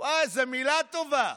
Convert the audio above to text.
איזה מילה טובה.